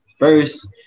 First